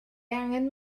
angen